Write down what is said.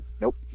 Nope